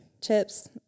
chips